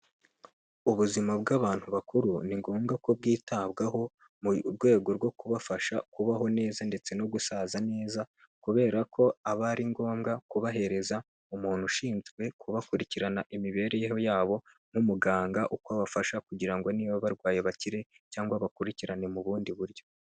Ubuzima bw'abantu bakuru ni ngombwa ko bwitabwaho mu rwego rwo kubafasha kubaho neza ndetse no gusaza neza, kubera ko aba ari ngombwa kubahereza umuntu ushinzwe kubakurikirana imibereho yabo, n'umuganga wokubafasha kugira ngo niba barwaye bakire cyangwa abakurikirane mu bundi buryo.